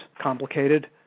complicated